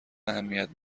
اهمیت